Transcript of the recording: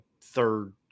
third